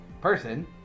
person